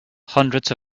hundreds